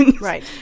Right